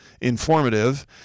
informative